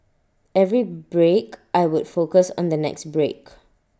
every break I would focus on the next break